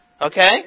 Okay